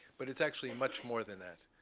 but it's actually much more than that.